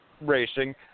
racing